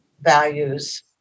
values